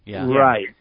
Right